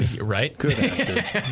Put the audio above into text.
Right